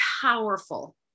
powerful